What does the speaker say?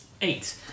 eight